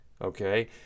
okay